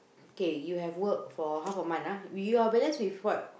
okay you have work for half a month ah you are balance with what